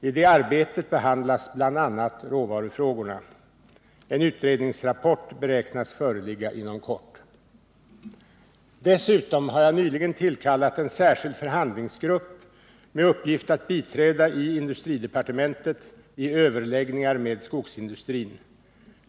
I detta arbete behandlas bl.a. råvarufrågorna. En utredningsrapport beräknas föreligga inom kort. Dessutom har jag nyligen tillkallat en särskild förhandlingsgrupp med uppgift att biträda i industridepartementet i överläggningar med skogsindustrin.